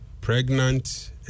pregnant